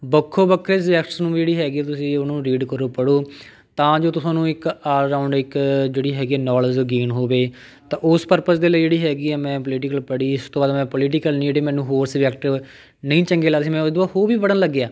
ਵੱਖੋ ਵੱਖਰੇ ਸਬਜੈਕਟਸ ਨੂੰ ਜਿਹੜੀ ਹੈਗੀ ਹੈ ਤੁਸੀਂ ਉਹਨੂੰ ਰੀਡ ਕਰੋ ਪੜ੍ਹੋ ਤਾਂ ਜੋ ਤੁਹਾਨੂੰ ਇੱਕ ਆਲ ਰਾਊਂਡ ਇੱਕ ਜਿਹੜੀ ਹੈਗੀ ਆ ਨੌਲੇਜ ਉਹ ਗੇਨ ਹੋਵੇ ਤਾਂ ਉਸ ਪਰਪਜ਼ ਦੇ ਲਈ ਜਿਹੜੀ ਹੈਗੀ ਆ ਮੈਂ ਪੋਲੀਟੀਕਲ ਪੜ੍ਹੀ ਇਸ ਤੋਂ ਬਾਅਦ ਮੈਂ ਪੋਲੀਟੀਕਲ ਨੇ ਮੈਨੂੰ ਹੋਰ ਸਬਜੈਕਟ ਨਹੀਂ ਚੰਗੇ ਲੱਗਦੇ ਮੈਂ ਉਹ ਤੋਂ ਬਾਅਦ ਉਹ ਵੀ ਪੜ੍ਹਨ ਲੱਗਿਆ